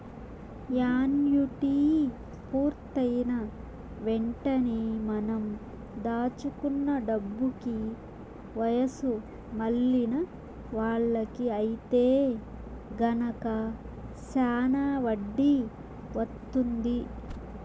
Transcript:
annuity పూర్తయిన వెంటనే మనం దాచుకున్న డబ్బుకి వయసు మళ్ళిన వాళ్ళకి ఐతే గనక శానా వడ్డీ వత్తుంది